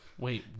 Wait